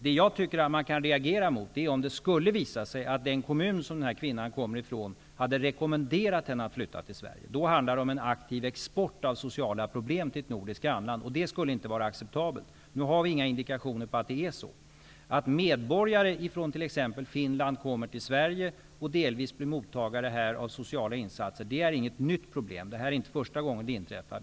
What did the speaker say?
Det jag tycker man kan reagera emot är om det skulle visa sig att den kommun kvinnan kommer ifrån hade rekommenderat henne att flytta till Sverige. I så fall handlar det om en aktiv export av sociala problem till ett nordiskt grannland, och det skulle inte vara acceptabelt. Nu har vi inga indikationer på att det är så. Att medborgare från t.ex. Finland kommer till Sverige och delvis blir mottagare av sociala insatser här är inget nytt problem. Det här är inte första gången det inträffar.